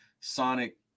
sonic